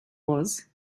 was